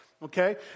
okay